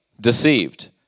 deceived